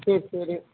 சரி சரி